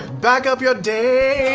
backup your data, yeah.